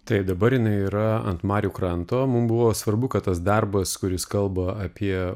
taip dabar jinai yra ant marių kranto mum buvo svarbu kad tas darbas kuris kalba apie